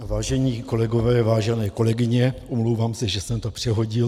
Vážení kolegové, vážené kolegyně, omlouvám se, že jsem to přehodil.